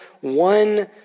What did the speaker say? one